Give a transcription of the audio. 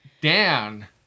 Dan